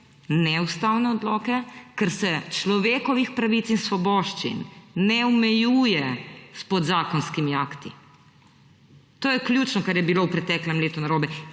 neustavnih odlokov, ker se človekovih pravic in svoboščin ne omejuje s podzakonskimi akti. To je ključno, kar je bilo v preteklem letu narobe,